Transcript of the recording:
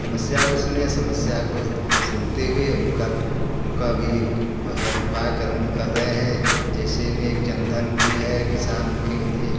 समस्या को सुने समस्या को सुनते हुए उनका उनका भी हर उपाय करने कर रहे हैं जैसे में एक जनधन भी है किसान के लिए